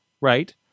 right